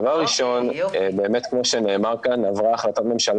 דבר ראשון באמת כמו שנאמר כאן עברה החלטת ממשלה